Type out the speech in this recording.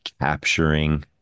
capturing